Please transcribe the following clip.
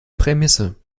prämisse